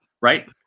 right